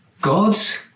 God's